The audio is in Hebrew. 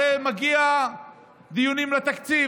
הרי הוא מגיע לדיונים בתקציב.